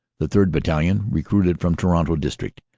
the third. battalion, recruited from toronto district,